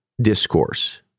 discourse